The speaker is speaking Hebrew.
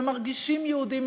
הם מרגישים יהודים,